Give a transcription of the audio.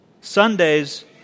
Sundays